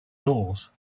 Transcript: doors